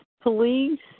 police